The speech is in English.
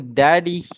daddy